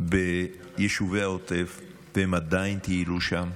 הייתי ביישובי העוטף, והם עדיין טיילו שם,